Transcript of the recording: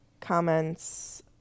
comments